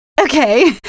Okay